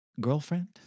Girlfriend